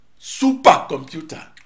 supercomputer